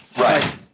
Right